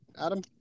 Adam